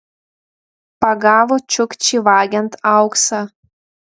pagavo čiukčį vagiant auksą